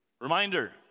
Reminder